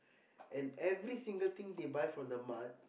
and every single thing they buy from the mart